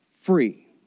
free